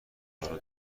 هارو